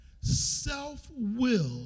Self-will